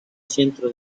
centro